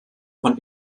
von